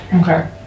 Okay